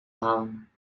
halen